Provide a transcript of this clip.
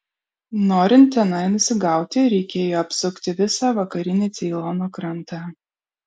norint tenai nusigauti reikėjo apsukti visą vakarinį ceilono krantą